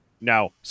No